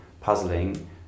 puzzling